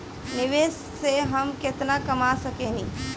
निवेश से हम केतना कमा सकेनी?